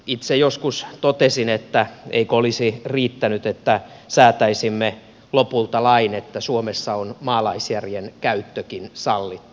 itse joskus totesin että eikö olisi riittänyt että säätäisimme lopulta lain että suomessa on maalaisjärjen käyttökin sallittu